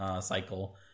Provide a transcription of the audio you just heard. Cycle